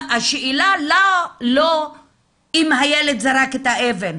השאלה לא אם הילד זרק את האבן.